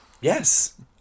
yes